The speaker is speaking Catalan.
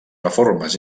reformes